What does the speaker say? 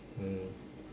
mm